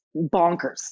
bonkers